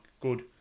good